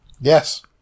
Yes